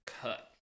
cut